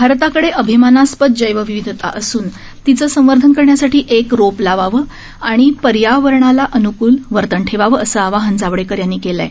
भारताकडे अभिमानास्पद जैवविविधता असून तिचं संवर्धन करण्यासाठी एक रोप लावावं आणि पर्यावरणानुकुल वर्तन ठेवावं असं आवाहन जावडेकर यांनी केलं आहे